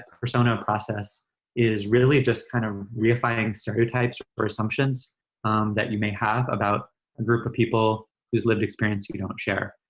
persona process is really just kind of re-defining stereotypes or assumptions that you may have about a group of people whose lived experience you don't share.